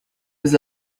was